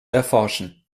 erforschen